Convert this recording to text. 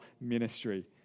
ministry